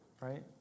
right